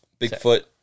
Bigfoot